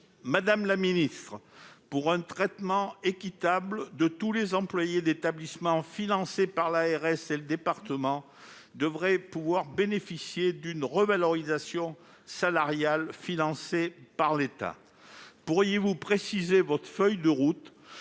Madame la ministre, pour un principe d'équité, tous les employés d'établissements financés par les ARS ou les départements devraient bénéficier d'une revalorisation salariale financée par l'État. Pourriez-vous nous préciser votre feuille de route